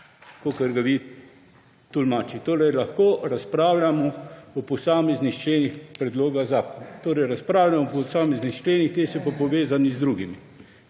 kot ga vi tolmačite. Torej lahko razpravljamo o posameznih členih predloga zakona. Torej, razpravljamo o posameznih členih ti so pa povezani z drugimi.